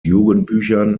jugendbüchern